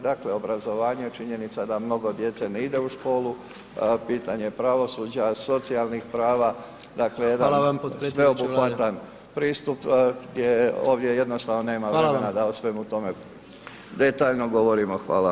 Dakle, obrazovanje, činjenica da mnogo djece ne ide u školu, pitanje pravosuđa, socijalnih prava, dakle jedan [[Upadica: Hvala vam potpredsjedniče Vlade.]] sveobuhvatan pristup gdje ovdje jednostavno nema vremena da o svemu tome detaljno govorimo.